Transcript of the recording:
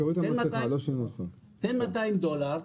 תן מאתיים דולר,